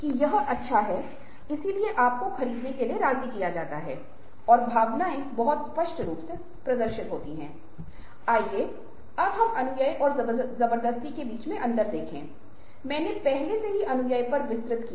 तो ये सारी चीजें हमारे सिस्टम में हैं गांधीजी ने अहिंसा और सत्यता के सिद्धांत का प्रचार किया